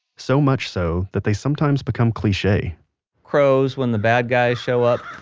so much so, that they sometimes become cliche crows when the bad guy shows up.